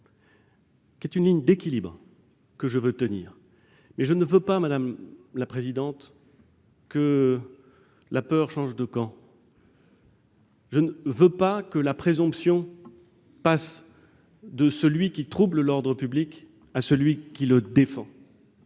est une ligne d'équilibre, que je veux tenir, mais je ne veux pas, madame la présidente, que la peur change de camp. Je ne veux pas que la présomption passe de celui qui trouble l'ordre public à celui qui le défend,